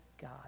God